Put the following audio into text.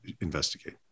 investigate